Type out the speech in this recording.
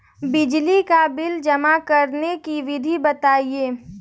बिजली का बिल जमा करने की विधि बताइए?